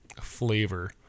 flavor